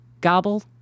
Gobble